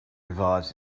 revives